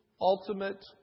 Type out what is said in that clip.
ultimate